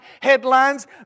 headlines